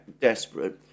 desperate